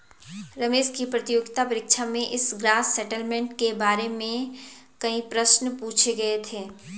रमेश की प्रतियोगिता परीक्षा में इस ग्रॉस सेटलमेंट के बारे में कई प्रश्न पूछे गए थे